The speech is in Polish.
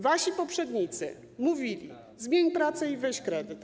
Wasi poprzednicy mówili: zmień pracę i weź kredyt.